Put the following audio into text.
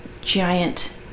giant